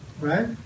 Right